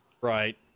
right